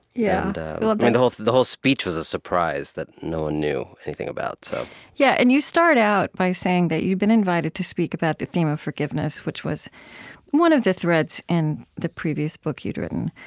yeah but the whole the whole speech was a surprise that no one knew anything about so yeah and you start out by saying that you've been invited to speak about the theme of forgiveness, which was one of the threads in the previous book you'd written.